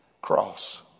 cross